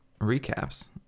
recaps